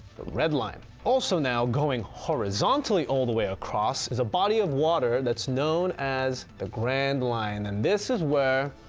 red line. line. also now going horizontally all the way across. is a body of water and it's known as the grand line. and this is where,